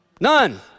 None